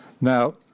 Now